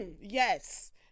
Yes